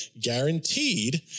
guaranteed